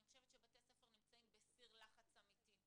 אני חושבת שבתי ספר נמצאים בסיר לחץ אמיתי.